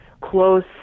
close